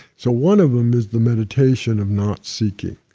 so one of them is the meditation of not seeking.